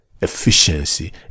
efficiency